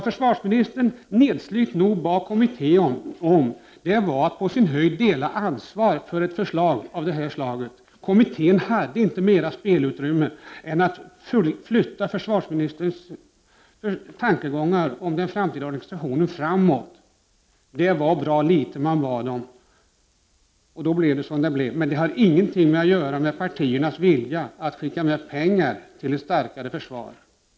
Försvarsministern bad helt nesligt kommittén om att på sin höjd dela ansvaret för ett förslag av den här typen. Kommittén hade inte mera spelutrymme än att flytta försvarsministerns tankegångar om den framtida organisationen framåt. Det var bra litet som man bad om, och då blev det som det blev. Men det hade ingenting att göra med partiernas vilja att satsa pengar för att få ett starkare försvar.